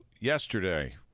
yesterday